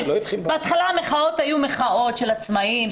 בהתחלה המחאות היו מחאות של עצמאים,